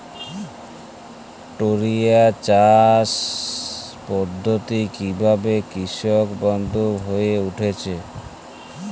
টোরিয়া চাষ পদ্ধতি কিভাবে কৃষকবান্ধব হয়ে উঠেছে?